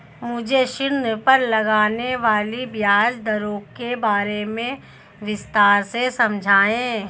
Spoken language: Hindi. मुझे ऋण पर लगने वाली ब्याज दरों के बारे में विस्तार से समझाएं